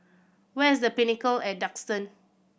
where is The Pinnacle at Duxton